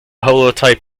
holotype